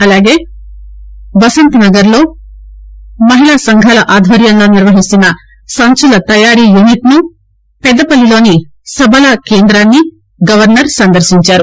అలాగే బసంతనగర్లో మహిళా సంఘాల ఆధ్వర్యంలో నిర్వహిస్తున్న సంచుల తయారీ యూనిట్ను పెద్దపల్లిలోని సబల కేంద్రాన్ని గవర్నర్ సందర్శించారు